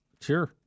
Sure